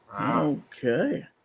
Okay